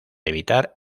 evitar